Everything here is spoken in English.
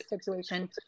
situation